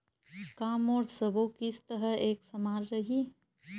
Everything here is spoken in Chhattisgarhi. का मोर सबो किस्त ह एक समान रहि?